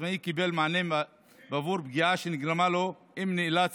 העצמאי קיבל מענה בעבור פגיעה שנגרמה לו אם נאלץ